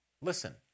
Listen